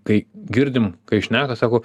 kai girdim kai šneka sako